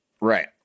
Right